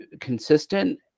consistent